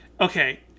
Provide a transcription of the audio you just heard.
Okay